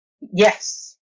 yes